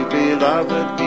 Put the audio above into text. beloved